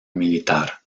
militar